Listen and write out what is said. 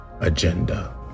agenda